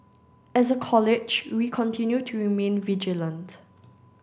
as a College we continue to remain vigilant